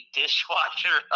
dishwasher